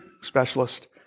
specialist